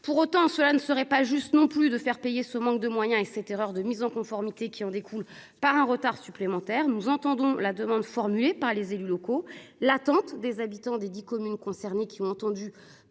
Pour autant, cela ne serait pas juste non plus de faire payer ce manque de moyens et cette erreur de mise en conformité qui en découlent, par un retard supplémentaire nous entendons la demande formulée par les élus locaux, l'attente des habitants des 10 communes concernées qui ont entendu